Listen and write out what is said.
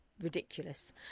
ridiculous